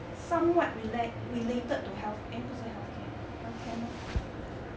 somewhat relate related to health eh 不是 healthcare healthcare 吗